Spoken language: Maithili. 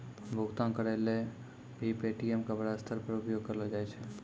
भुगतान करय ल भी पे.टी.एम का बड़ा स्तर पर उपयोग करलो जाय छै